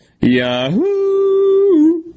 Yahoo